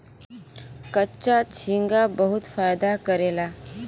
कच्चा झींगा बहुत फायदा करेला